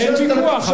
אין ויכוח,